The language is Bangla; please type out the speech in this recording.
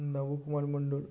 নবকুমার মন্ডল